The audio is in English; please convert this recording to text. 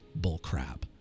bullcrap